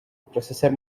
processor